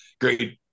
great